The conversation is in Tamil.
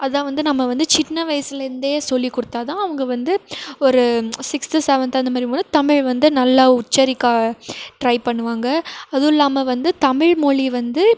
அதெல்லாம் வந்து நம்ம வந்து சின்ன வயசுலேருந்தே சொல்லி கொடுத்தாதான் அவங்க வந்து ஒரு சிக்ஸ்த்து சவன்த்து அந்த மாதிரி வரும்போது தமிழ் வந்து நல்லா உச்சரிக்க ட்ரை பண்ணுவாங்க அதுவும் இல்லாமல் வந்து தமிழ் மொழி வந்து